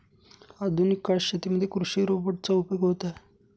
आधुनिक काळात शेतीमध्ये कृषि रोबोट चा उपयोग होत आहे